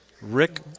Rick